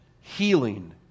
healing